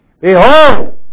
Behold